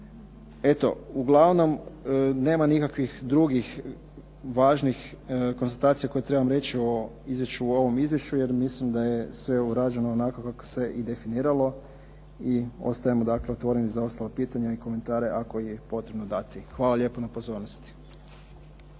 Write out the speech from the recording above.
Eto, uglavnom nema nikakvih drugih važnih konstatacija koje trebam reći o izvješću u ovom izvješću jer mislim da je sve urađeno onako kako se i definiralo i ostajemo dakle otvoreni za ostala pitanja i komentare ako ih je potrebno dati. Hvala lijepa na pozornosti.